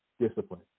discipline